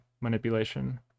manipulation